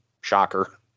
shocker